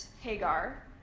Hagar